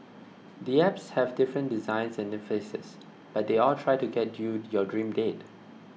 the apps have different designs and interfaces but they all try to get you your dream date